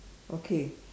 okay